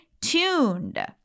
tuned